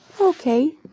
Okay